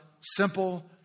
simple